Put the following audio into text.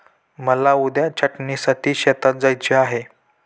मला उद्या छाटणीसाठी शेतात जायचे आहे